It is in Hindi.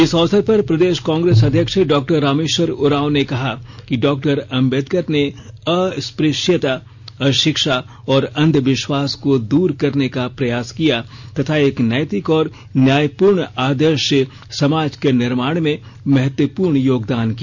इस अवसर पर प्रदेश कांग्रेस अध्यक्ष डॉ रामेश्वर उरांव ने कहा कि डॉक्टर अंबेदकर ने अस्पृश्यता अशिक्षा और अंधविश्वास को दूर करने का प्रयास किया तथा एक नैतिक और न्याय पूर्ण आदर्श समाज के निर्माण में महत्वपूर्ण योगदान किया